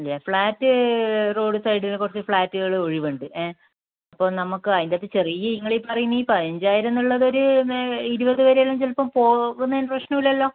ഇല്ല flat road സൈഡില് കുറച്ച് ഫ്ലാറ്റുകള് ഒഴിവുണ്ട് ഏ അപ്പോൾ നമുക്ക് അതിന്റെ അകത്ത് ചെറിയ നിങ്ങൾ ഈ പറയുന്ന ഈ പതിനഞ്ചായിരം എന്നുള്ളത് ഇരുപത് വരെയേലും ചിലപ്പോൾ പോകുന്നതിൽ പ്രശ്നം ഇല്ലല്ലോ